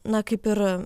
na kaip ir